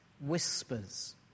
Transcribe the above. whispers